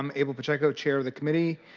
um abel pacheco, chair of the committee,